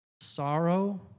sorrow